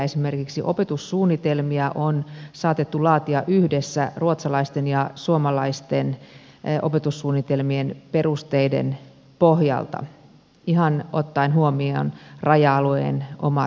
esimerkiksi opetussuunnitelmia on saatettu laatia yhdessä ruotsalaisten ja suomalaisten opetussuunnitelmien perusteiden pohjalta ihan ottaen huomioon raja alueen omat työelämätarpeet